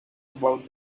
about